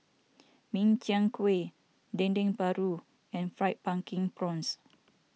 Min Chiang Kueh Dendeng Paru and Fried Pumpkin Prawns